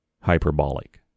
hyperbolic